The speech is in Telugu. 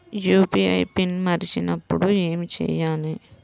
యూ.పీ.ఐ పిన్ మరచిపోయినప్పుడు ఏమి చేయాలి?